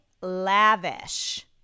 lavish